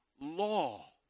law